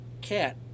cat